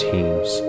Teams